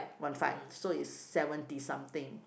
one five so it's seventy something